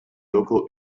local